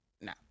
no